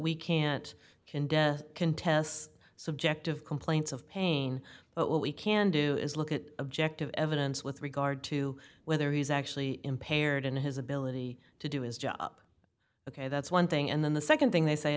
we can't condemn contests subjective complaints of pain but what we can do is look at objective evidence with regard to whether he's actually impaired in his ability to do his job ok that's one thing and then the nd thing they say